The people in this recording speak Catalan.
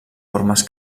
formes